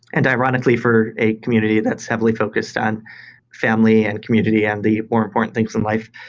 and ironically, for a community that's heavily focused on family and community and the more important things in life,